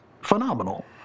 phenomenal